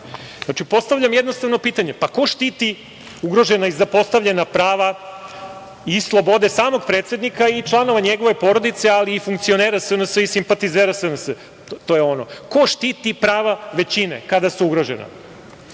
postavljam jednostavno pitanje, pa ko štiti ugrožena i zapostavljena prava i slobode samog predsednika i članove njegove porodice, ali i funkcionera SNS i simpatizera SNS. Ko štiti prava većine kada su ugrožena? Navešću